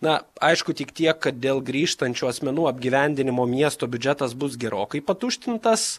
na aišku tik tiek kad dėl grįžtančių asmenų apgyvendinimo miesto biudžetas bus gerokai patuštintas